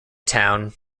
town